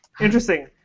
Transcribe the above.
Interesting